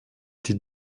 die